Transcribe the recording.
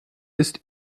ist